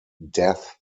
death